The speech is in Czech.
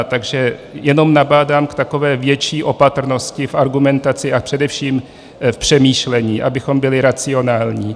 Takže jenom nabádám k takové větší opatrnosti v argumentaci a především v přemýšlení, abychom byli racionální.